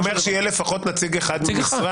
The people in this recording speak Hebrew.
הוא אומר שיהיה לפחות נציג אחד ממשרד.